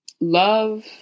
Love